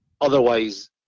otherwise